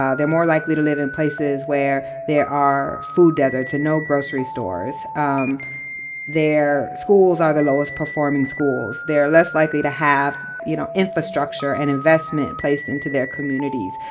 ah they're more likely to live in places where there are food deserts and no grocery stores. stores. um their schools are the lowest-performing schools. they're less likely to have, you know, infrastructure and investment placed into their communities.